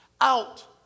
out